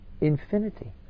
infinity